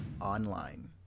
online